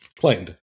Claimed